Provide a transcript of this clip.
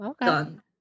done